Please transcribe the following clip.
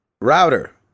Router